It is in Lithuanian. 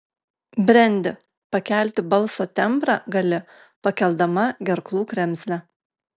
brendi pakelti balso tembrą gali pakeldama gerklų kremzlę